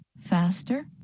faster